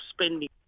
spending